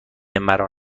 مرا